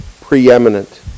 preeminent